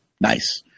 nice